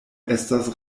estas